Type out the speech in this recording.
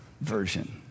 version